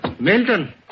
Milton